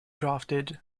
drafted